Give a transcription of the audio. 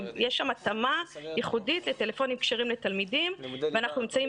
יש שם התאמה ייחודית לטלפונים כשרים לתלמידים ואנחנו נמצאים